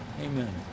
Amen